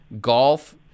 golf